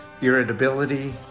irritability